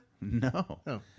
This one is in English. no